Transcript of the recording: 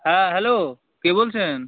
হ্যাঁ হ্যালো কে বলছেন